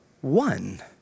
One